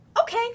okay